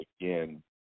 again